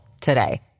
today